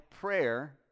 prayer